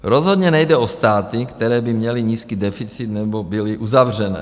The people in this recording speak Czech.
Rozhodně nejde o státy, které by měly nízký deficit nebo byly uzavřené.